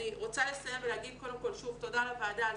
אני רוצה לסיים ולהגיד קודם כל תודה לוועדה על